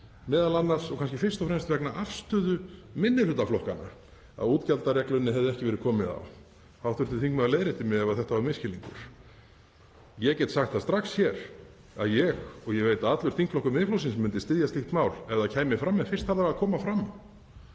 væri m.a. og kannski fyrst og fremst vegna afstöðu minnihlutaflokkanna að útgjaldareglunni hefði ekki verið komið á. Hv. þingmaður leiðréttir mig ef þetta var misskilningur. Ég get sagt það strax hér að ég, og ég veit allur þingflokkur Miðflokksins, myndi styðja slíkt mál ef það kæmi fram, en fyrst þarf það að koma fram.